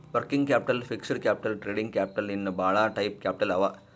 working capital, fixed capital, trading capital ಇನ್ನಾ ಭಾಳ type capital ಅವಾ